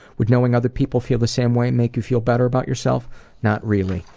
would knowing other people feel the same way make you feel better about yourself not really.